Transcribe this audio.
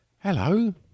Hello